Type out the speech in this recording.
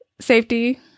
safety